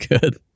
Good